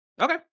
Okay